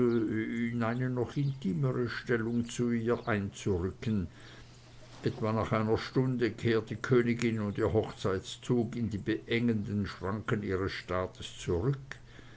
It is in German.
eine noch intimere stellung zu ihr einzurücken etwa nach einer stunde kehrt die königin und ihr hochzeitszug in die beengenden schranken ihres staates zurück